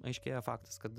aiškėja faktas kad